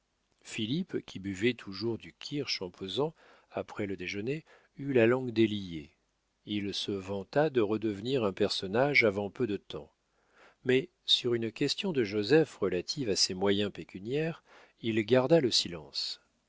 qui buvait toujours du kirsch en posant après le déjeuner eut la langue déliée il se vanta de redevenir un personnage avant peu de temps mais sur une question de joseph relative à ses moyens pécuniaires il garda le silence